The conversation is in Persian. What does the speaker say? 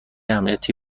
امنیتی